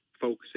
focusing